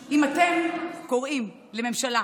אם אתם קוראים לממשלה